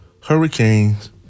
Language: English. hurricanes